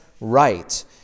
right